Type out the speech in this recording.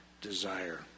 desire